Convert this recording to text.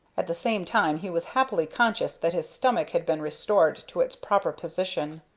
at the same time he was happily conscious that his stomach had been restored to its proper position.